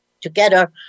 together